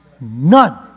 none